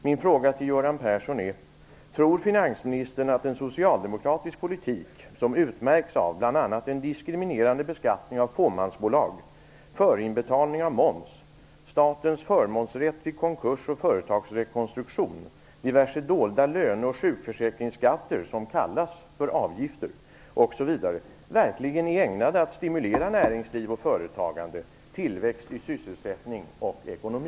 Min fråga till Göran Persson är: Tror finansministern att en socialdemokratisk politik som bl.a. utmärks av en diskriminerande beskattning av fåmansbolag, förinbetalning av moms, statens förmånsrätt vid konkurs och företagsrekonstruktion, diverse dolda löneoch sjukförsäkringsskatter som kallas för avgifter osv. verkligen är ägnade att stimulera näringsliv och företagande, tillväxt i sysselsättning och ekonomi.